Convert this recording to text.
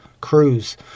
cruise